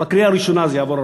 בקריאה הראשונה זה יעבור,